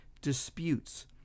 disputes